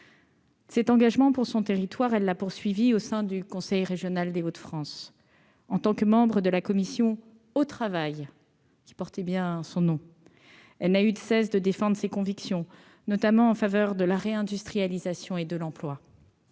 Cet engagement pour son territoire, elle a poursuivi au sein du conseil régional des Hauts-de-France en tant que membre de la commission au travail qui portait bien son nom, elle n'a eu de cesse de défendre ses convictions, notamment en faveur de la réindustrialisation et de l'emploi